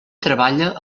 treballa